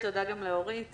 תודה עבור ההובלה.